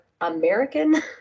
American